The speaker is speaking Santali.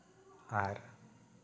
ᱟᱨ